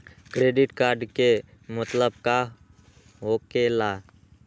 Credit card के मतलब का होकेला?